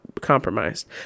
compromised